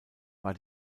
war